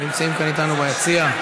שנמצאים כאן איתנו ביציע.